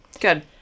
good